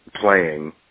playing